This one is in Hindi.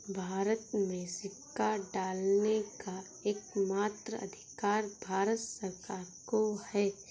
भारत में सिक्का ढालने का एकमात्र अधिकार भारत सरकार को है